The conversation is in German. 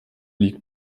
league